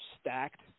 stacked